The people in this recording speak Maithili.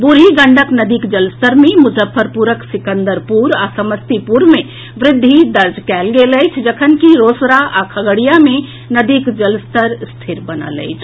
बूढ़ी गंडक नदीक जलस्तर मे मुजफ्फरपुरक सिकंदरपुर आ समस्तीपुर मे वृद्धि दर्ज कएल गेल अछि जखनकि रोसड़ा आ खगड़िया मे नदीक जलस्तर स्थिर बनल अछि